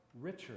richer